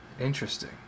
interesting